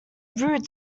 rude